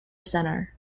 centre